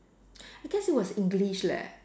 I guess it was English leh